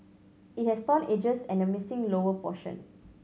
it has torn edges and a missing lower portion